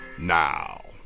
now